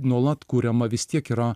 nuolat kuriama vis tiek yra